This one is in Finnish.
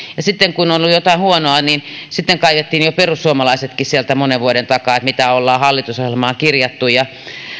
sitten kun on on ollut jotain huonoa kaivettiin jo perussuomalaisetkin sieltä monen vuoden takaa se mitä olemme hallitusohjelmaan kirjanneet